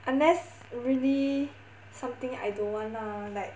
unless really something I don't want lah like